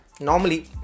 normally